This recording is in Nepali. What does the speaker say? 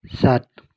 सात